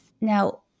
Now